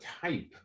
type